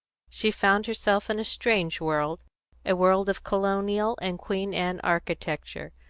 she found herself in a strange world a world of colonial and queen anne architecture,